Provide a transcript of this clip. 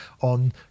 on